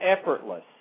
effortless